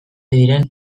diren